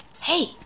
Hey